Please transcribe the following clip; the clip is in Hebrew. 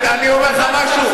אני מבקש ממך לצאת.